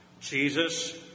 Jesus